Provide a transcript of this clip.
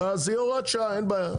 אז זאת תהיה הוראת שעה, אין בעיה.